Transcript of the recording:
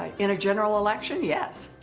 ah in a general election? yes.